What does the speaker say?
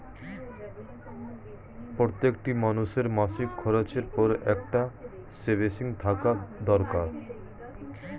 প্রত্যেকটি মানুষের মাসিক খরচের পর একটা সেভিংস থাকা দরকার